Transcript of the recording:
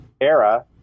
era